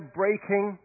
breaking